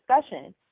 discussion